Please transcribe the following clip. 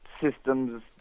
Systems